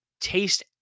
taste